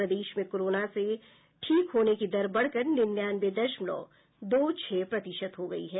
प्रदेश में कोरोना से ठीक होने की दर बढ़कर निन्यानवे दशमलव दो छह प्रतिशत हो गई है